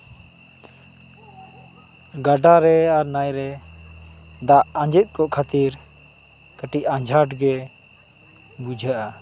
ᱜᱟᱰᱟ ᱨᱮ ᱟᱨ ᱱᱟᱹᱭ ᱨᱮ ᱫᱟᱜ ᱟᱸᱡᱮᱫ ᱠᱚᱜ ᱠᱷᱟᱹᱛᱤᱨ ᱠᱟᱹᱴᱤᱡ ᱟᱸᱡᱷᱟᱴ ᱜᱮ ᱵᱩᱡᱷᱟᱹᱜᱼᱟ